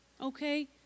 Okay